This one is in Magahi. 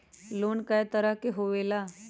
लोन कय तरह के होला?